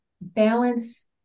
balance